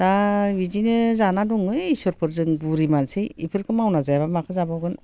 दा इदिनो जाना दङो ओइ इसोरफोर बुरै मानसि इफोरखो मावना जायाब्ला माखो जाबावगोन